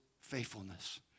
faithfulness